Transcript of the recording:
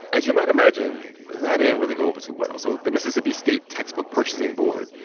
as you might imagine, that didn't really go over too well, so the mississippi state textbook purchasing board,